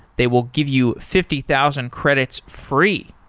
they will give you fifty thousand credits free,